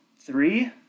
three